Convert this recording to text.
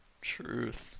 Truth